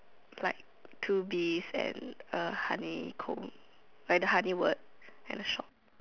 like two bees and uh honey comb like the honey word and the shop